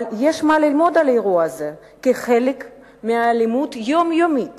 אבל יש מה ללמוד על האירוע הזה כחלק מהאלימות היומיומית